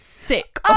Sick